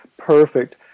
Perfect